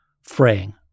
fraying